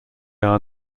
are